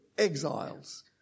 Exiles